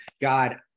God